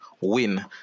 win